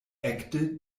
ekde